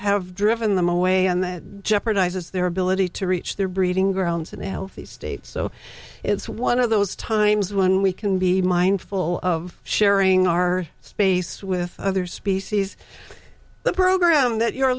have driven them away and that jeopardizes their ability to reach their breeding grounds in a healthy state so it's one of those times when we can be mindful of sharing our space with other species the program that you're